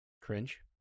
Cringe